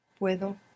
Puedo